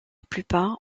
plupart